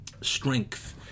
strength